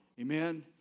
Amen